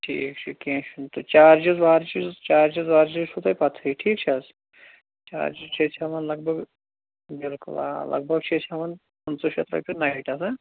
ٹھیٖک چھُ کیٚنٛہہ چھُنہٕ تہٕ چارجِس وارجِس چارجِس وارجِس چھُو تۅہہِ پتہٕ ہےٹھیٖک چھا حظ چارجِس چھِ أسۍ ہیوٚان لَگ بَگ بِلکُل آ لَگ بَگ چھِ أسۍ ہیٚوان پٍنٛژٕ شیٚتھ رۅپیہِ نایٚٹس ہٕہ